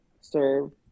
serve